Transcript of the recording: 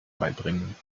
beibringen